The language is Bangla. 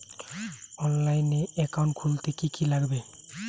অনলাইনে একাউন্ট খুলতে কি কি লাগবে?